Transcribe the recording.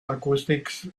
acoustics